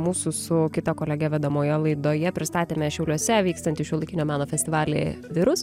mūsų su kita kolege vedamoje laidoje pristatėme šiauliuose vykstantį šiuolaikinio meno festivalį virus